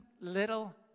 little